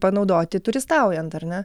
panaudoti turistaujant ar ne